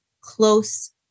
close